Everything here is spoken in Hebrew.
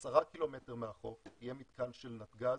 10 ק"מ מהחוף יהיה מתקן של נתג"ז,